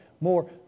more